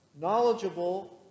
knowledgeable